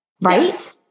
right